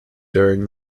during